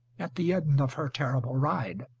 at the end of her terrible ride.